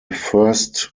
first